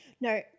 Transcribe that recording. No